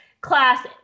class